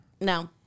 No